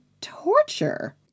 torture